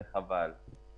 שזה חבל.